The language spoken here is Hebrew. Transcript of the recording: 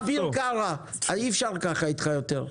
אביר קארה, אי-אפשר ככה יותר איתך.